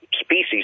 species